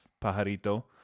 Pajarito